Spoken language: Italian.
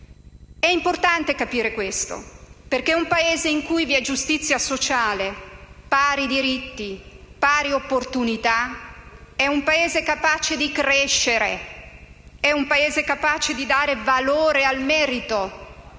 È importante capire questo, perché un Paese in cui vi è giustizia sociale, pari diritti e pari opportunità è un Paese capace di crescere, è un Paese capace di dare valore al merito,